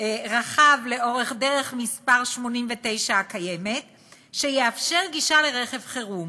רחב לאורך דרך מס' 89 הקיימת שיאפשר גישה לרכב חירום.